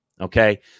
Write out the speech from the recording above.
Okay